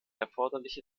erforderliche